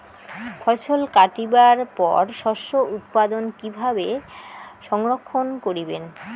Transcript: ফছল কাটিবার পর শস্য উৎপাদন কিভাবে সংরক্ষণ করিবেন?